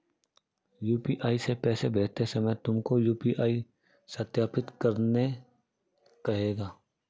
UPI से पैसे भेजते समय तुमको यू.पी.आई सत्यापित करने कहेगा